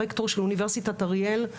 הרקטור של אוניברסיטת אריאל.